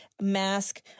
mask